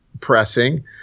pressing